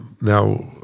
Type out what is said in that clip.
now